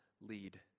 lead